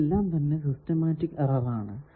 അതെല്ലാം തന്നെ systematic error ആണ്